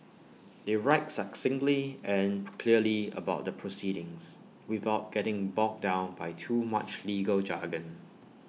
they write succinctly and clearly about the proceedings without getting bogged down by too much legal jargon